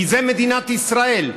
כי זו מדינת ישראל,